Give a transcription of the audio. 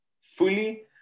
fully